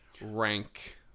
rank